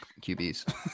QBs